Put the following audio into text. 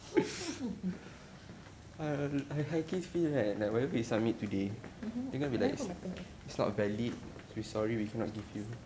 mm can I put my finger